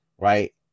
right